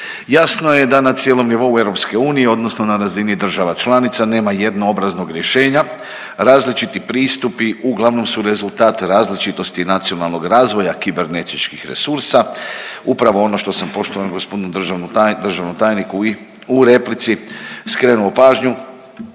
Jasno je da na cijelom nivou EU odnosno na razini država članica nema jednoobraznog rješenja. Različiti pristupi uglavnom su rezultat različitosti nacionalnog razvoja kibernetičkih resursa upravo ono što sam poštovanom gospodinu državnom tajniku u replici skrenuo pažnju